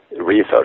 research